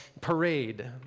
parade